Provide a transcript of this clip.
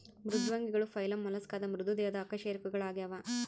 ಮೃದ್ವಂಗಿಗಳು ಫೈಲಮ್ ಮೊಲಸ್ಕಾದ ಮೃದು ದೇಹದ ಅಕಶೇರುಕಗಳಾಗ್ಯವ